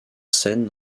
scène